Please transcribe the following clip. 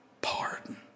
Pardon